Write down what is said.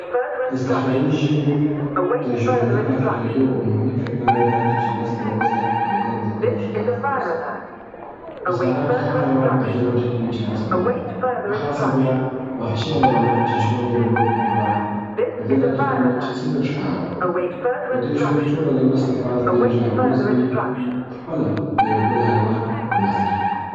د صحرا ژوي د ژوندي پاته کیدو عمومي تګ لاره دا ده چې نس موړ وساته او ځان د بل د ښکاره څخه وساته. په صحرا کې هر حیوان په دې لټه کې وي چې نس موړ کړی. په خاص بیا وحشي حیوانات چې ژوند یې د نورو په خوراک دی، په دې لټه کې وي چې څنګه ښکار وکړو. د دوي ژوند ټوله د نس لپاره تیریږي، او یو ورځ دوي خپله د بل حیوان په نس کي وي.